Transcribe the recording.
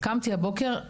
קמתי הבוקר.